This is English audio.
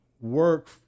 work